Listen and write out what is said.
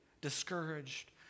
discouraged